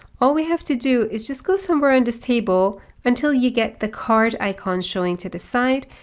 all we have to do is just go somewhere in this table until you get the card icon showing to the side,